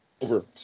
Over